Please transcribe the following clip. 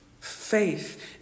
Faith